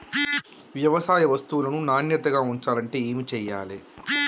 వ్యవసాయ వస్తువులను నాణ్యతగా ఉంచాలంటే ఏమి చెయ్యాలే?